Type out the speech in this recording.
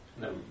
no